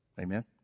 Amen